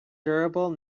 durable